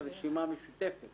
כיושב-ראש רשימה משותפת